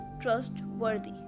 trustworthy